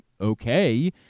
okay